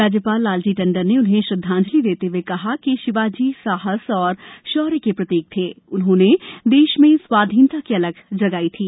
राज्यपाल लालजी टंडन ने उन्हें श्रद्वांजलि देते हुए कहा कि शिवाजी जी साहस और शौर्य के प्रतीक थे उन्होंने देश में स्वाधीनता की अलख जगाई थी